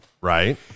Right